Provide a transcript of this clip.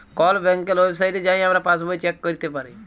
call ব্যাংকের ওয়েবসাইটে যাঁয়ে আমরা পাসবই চ্যাক ক্যইরতে পারি